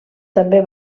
també